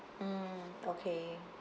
mmhmm okay